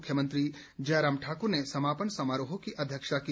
मुख्यमंत्री जयराम ठाकुर ने समापन समारोह की अध्यक्षता की